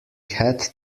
had